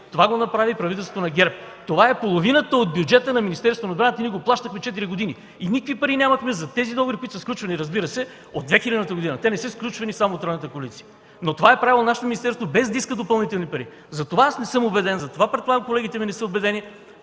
Това го направи правителството на ГЕРБ. Това е половината от бюджета на Министерството на отбраната, ние го плащахме четири години. Никакви пари нямахме за тези договори, които са сключвани, разбира се, от 2000 г., те не са сключвани само от тройната коалиция. Но това е правило – нашето министерство без да иска допълнителни пари. Затова аз не съм убеден, затова предполагам, че и колегите ми не са убедени,